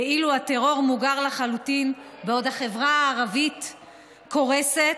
ואילו הטרור מוגר לחלוטין בעוד החברה הערבית קורסת.